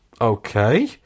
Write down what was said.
Okay